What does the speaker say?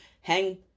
hang